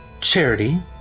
Charity